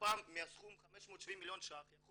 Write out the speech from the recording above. לפ"מ יכול להעביר מהסכום של 570 מיליון ₪,